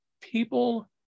people